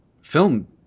film